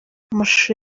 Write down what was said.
amashusho